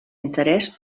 interès